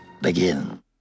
begin